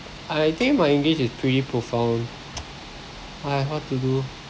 I think my english is pretty profound !haiya! what to do